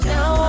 Now